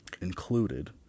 included